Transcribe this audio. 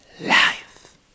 life